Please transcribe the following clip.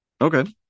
Okay